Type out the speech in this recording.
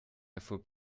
erfuhr